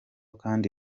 kandi